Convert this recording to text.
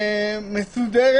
מסודרת.